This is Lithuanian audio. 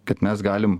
kad mes galim